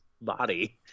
body